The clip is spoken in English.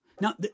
Now